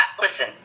Listen